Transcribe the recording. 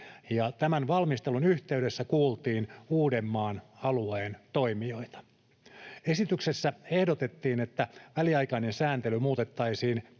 tämän valmistelun yhteydessä kuultiin Uudenmaan alueen toimijoita. Esityksessä ehdotettiin, että väliaikainen sääntely muutettaisiin